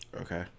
Okay